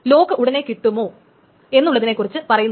lock ഉടനെ കിട്ടുമോ എന്നുള്ളതിനെ കുറിച്ച് പറയുന്നില്ല